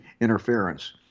interference